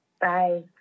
Bye